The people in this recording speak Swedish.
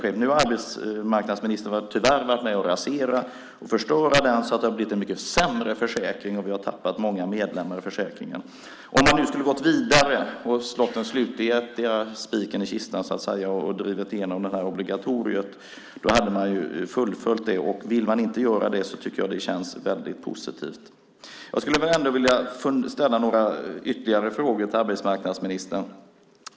Tyvärr har arbetsmarknadsministern nu varit med om att rasera och förstöra den så att det har blivit en mycket sämre försäkring. Vi har tappat många försäkringsmedlemmar. Om man hade gått vidare och slagit den slutliga spiken i kistan hade obligatoriet fullföljts. Men vill man inte göra det känns det väldigt positivt. Jag skulle vilja ställa ytterligare några frågor till arbetsmarknadsministern.